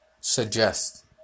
suggest